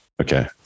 Okay